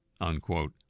Unquote